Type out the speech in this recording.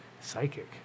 Psychic